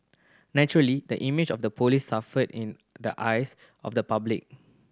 naturally the image of the police suffered in the eyes of the public